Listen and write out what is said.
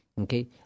okay